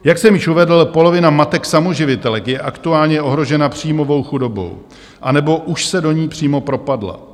Jak jsem již uvedl, polovina matek samoživitelek je aktuálně ohrožena příjmovou chudobou, anebo už se do ní přímo propadla.